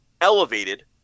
elevated